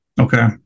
Okay